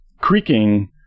creaking